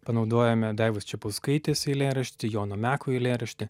panaudojome daivos čepauskaitės eilėraštį jono meko eilėraštį